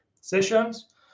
sessions